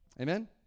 Amen